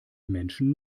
menschen